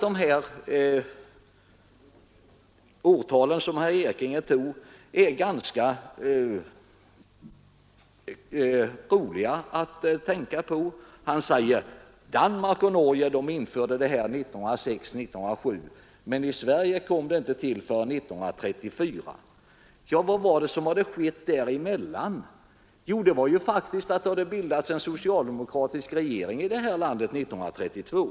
De årtal som herr Ekinge nämnde är ganska roliga. Han säger: Danmark och Norge införde detta 1906 och 1907, men i Sverige infördes det inte förrän 1934. Ja, vad var det som hade skett däremellan? Jo, det var faktiskt att en socialdemokratisk regering hade bildats i vårt land 1932.